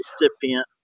recipient